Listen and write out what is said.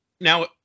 Now